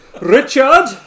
Richard